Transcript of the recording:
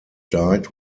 died